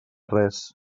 res